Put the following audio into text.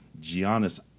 Giannis